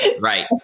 Right